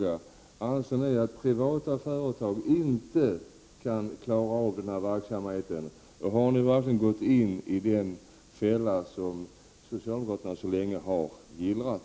Anser ni att privata företag inte kan klara av den verksamheten, då har ni verkligen gått i den fälla som socialdemokraterna sedan länge har gillrat.